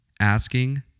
Asking